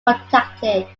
contacted